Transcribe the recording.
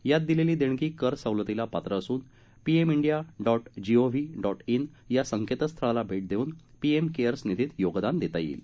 यात दिलेली देणगी कर सवलतीला पात्र असून P M India dot G O V dot in या संकेतस्थळाला भे देऊन पीएम केअर्स निधीत योगदान देता येईल